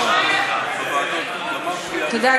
תודה,